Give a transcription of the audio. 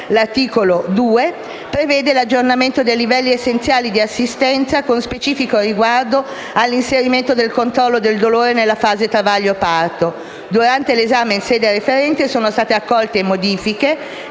L'articolo 2 prevede l'aggiornamento dei livelli essenziali di assistenza, con specifico riguardo all'inserimento del controllo del dolore nella fase travaglio-parto. Durante l'esame in sede referente sono state accolte modifiche